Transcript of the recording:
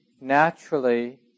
naturally